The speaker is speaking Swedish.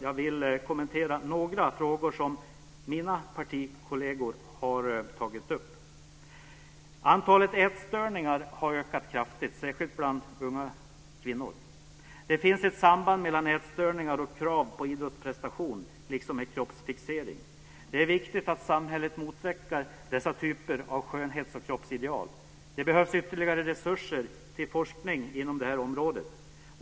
Jag vill kommentera några frågor som mina partikolleger har tagit upp. Antalet ätstörningar har ökat kraftigt, särskilt bland unga kvinnor. Det finns ett samband mellan ätstörningar och krav på idrottsprestation liksom med kroppsfixering. Det är viktigt att samhället motverkar dessa typer av skönhets och kroppsideal. Det behövs ytterligare resurser till forskning inom detta område.